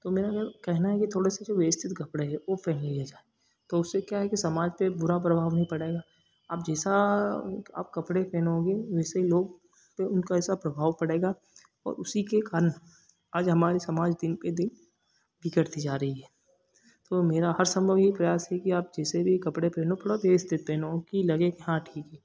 तो मेरा कहना है कि थोड़े से जो व्यवस्थित कपड़े हैं वो पहन लिये जाए तो उससे क्या है कि समाज पर बुरा प्रभाव नहीं पड़ेगा आप जैसा आप कपड़े पहनोगे वैसे ही लोग तो उनका ऐसा प्रभाव पड़ेगा और उसी के कान आज हमारे समाज दिन पर दिन बिगड़ती जा रही है तो मेरा हर सम्भव यह प्रयास है कि आप जैसे भी कपड़े पहनो थोड़ा व्यवस्थित पहनो कि लगे कि हाँ ठीक है